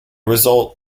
result